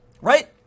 Right